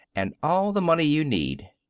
and all the money you need.